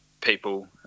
people